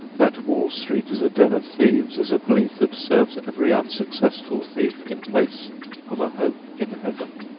that wall street is a den of thieves is a belief that serves every unsuccessful thief in place of a hope in heaven.